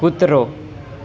કૂતરો